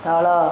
ତଳ